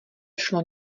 šlo